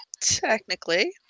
Technically